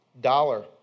dollar